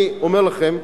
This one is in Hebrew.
אני אומר לכם,